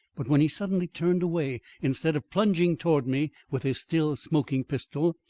but when he suddenly turned away instead of plunging towards me with his still smoking pistol,